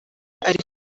ari